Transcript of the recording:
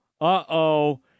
uh-oh